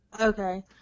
okay